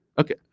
Okay